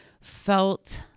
felt